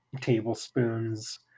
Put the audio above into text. tablespoons